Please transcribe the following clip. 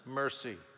mercy